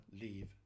leave